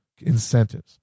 incentives